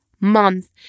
month